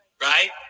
Right